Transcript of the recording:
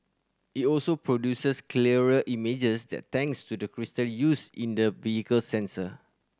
it also produces clearer images thanks to the crystal used in the vehicle's sensor